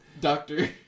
Doctor